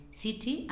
city